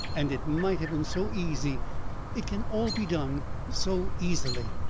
and it might have been so easy it can all be done so easily.